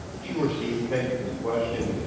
sure steve and thank you for the question.